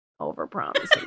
overpromising